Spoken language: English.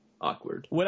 Awkward